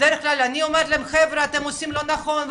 בדרך כלל אני אומרת להם חבר'ה אתם עושים לא נכון,